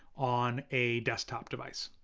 on a desktop device.